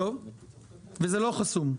וזה לא חסום?